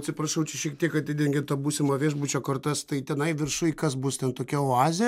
atsiprašau čia šiek tiek atidengėt būsimo viešbučio kortas tai tenai viršuj kas bus ten tokia oazė